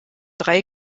drei